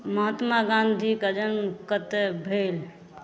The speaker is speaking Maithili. महात्मा गाँधीके जन्म कतय भेल